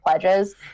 pledges